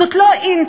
זאת לא "אינטל",